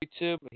YouTube